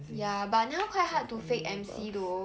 ya but now quite hard to fake M_C though